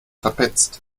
verpetzt